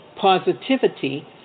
Positivity